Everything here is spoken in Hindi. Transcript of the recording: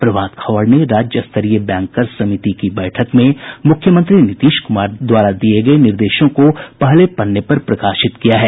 प्रभात खबर ने राज्य स्तरीय बैंकर्स समिति की बैठक में मुख्यमंत्री नीतीश कुमार द्वारा दिये गये निर्देशों को पहले पन्ने पर प्रकाशित किया है